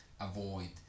avoid